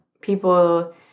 people